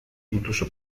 incluso